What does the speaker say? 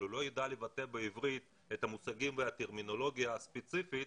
אבל הוא לא יידע לבטא בעברית את המושגים והטרמינולוגיה הספציפית,